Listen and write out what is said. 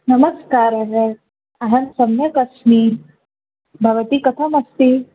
नमस्कारः अहं सम्यक् अस्मि भवती कथं अस्ति